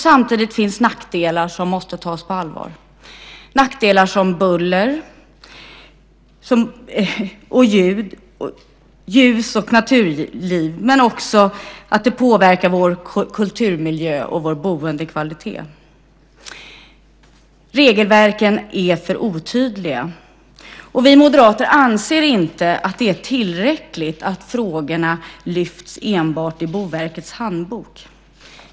Samtidigt finns det nackdelar som måste tas på allvar. Det gäller sådana nackdelar som buller, ljud, ljus och påverkan på naturlivet, men vindkraften påverkar också vår kulturmiljö och vår boendekvalitet. Regelverken är för otydliga. Vi moderater anser inte att det är tillräckligt att dessa frågor lyfts fram enbart i Boverkets handbok.